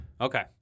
Okay